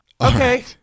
okay